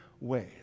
ways